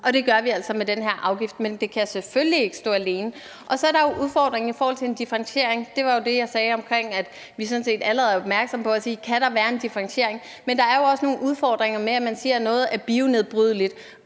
det gør vi altså med den her afgift, men det kan selvfølgelig ikke stå alene. Så er der jo udfordringen i forhold til en differentiering. Det var jo det, jeg sagde, med, at vi sådan set allerede er opmærksomme på at spørge: Kan der være en differentiering? Men der er jo også nogle udfordringer med, at man siger, at noget er bionedbrydeligt.